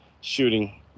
shooting